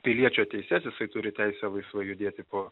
piliečio teises jisai turi teisę laisvai judėti po